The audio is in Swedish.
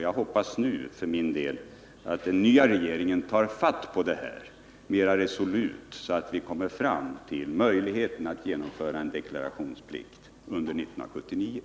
Jag hoppas för min del att den nya regeringen tar fatt i detta mer resolut, så att vi under 1979 får möjlighet att införa en deklarationsplikt.